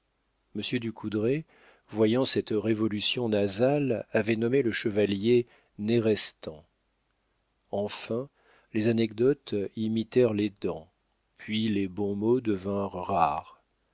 monsieur du coudrai voyant cette révolution nasale avait nommé le chevalier nérestan enfin les anecdotes imitèrent les dents puis les bons mots devinrent rares